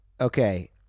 Okay